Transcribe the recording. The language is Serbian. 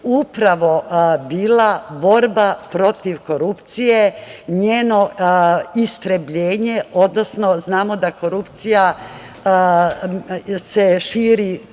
upravo bila borba protiv korupcije, njeno istrebljenje, odnosno znamo da korupcija se širi